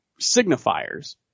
signifiers